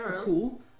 cool